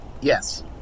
yes